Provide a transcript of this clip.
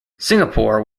singapore